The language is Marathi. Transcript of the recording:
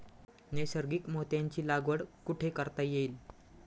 नैसर्गिक मोत्यांची लागवड कुठे करता येईल?